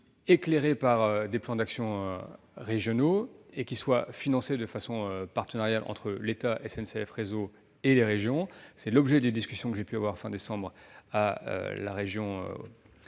éclairé par des plans d'action régionaux et supporté de façon partenariale par l'État, SNCF Réseau et les régions. C'est l'objet des discussions que j'ai pu avoir, fin décembre, avec